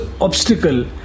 obstacle